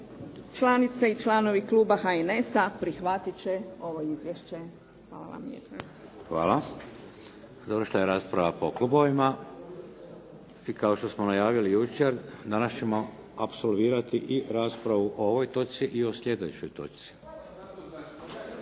članice i članovi kluba HNS-a, prihvatiti će ovo izvješće. Hvala vam lijepa. **Šeks, Vladimir (HDZ)** Završila je rasprava po klubovima i kao što smo najavili jučer, danas ćemo apsolvirati i raspravu o ovoj točci i o sljedećoj točci.